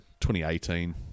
2018